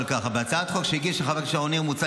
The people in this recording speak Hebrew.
אבל ככה: בהצעת החוק שהגישה חברת הכנסת שרון ניר מוצע